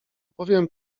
opowiem